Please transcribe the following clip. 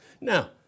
Now